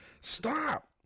Stop